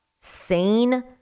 sane